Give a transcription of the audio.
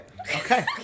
Okay